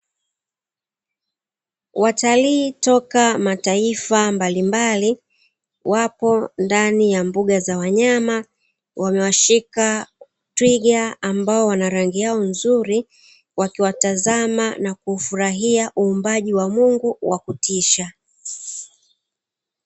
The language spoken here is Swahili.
Watalii toka mataifa mbalimbali, wapo ndani ya mbuga za wanyama wamewashika twiga wenye rangi yao nzuri, wakiwatazama na kuufurahia uumbaji wa Mungu wa kutisha.